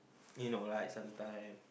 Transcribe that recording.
you know right sometime